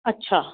अच्छा